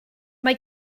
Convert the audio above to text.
mae